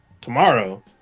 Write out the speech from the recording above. tomorrow